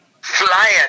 Flying